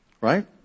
Right